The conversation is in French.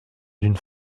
d’une